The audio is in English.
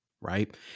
Right